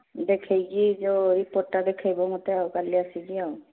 ଦେଖାଇକି ଯେଉଁ ରିପୋର୍ଟ୍ଟା ଦେଖାଇବ ମୋତେ ଆଉ କାଲି ଆସିକି ଆଉ